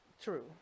true